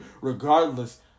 Regardless